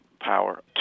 power